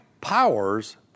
powers